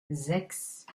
sechs